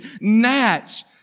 gnats